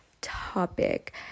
topic